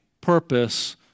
purpose